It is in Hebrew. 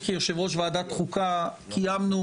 כי הקורונה פחות קטלנית משפעת.